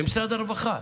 זה למשרד הרווחה.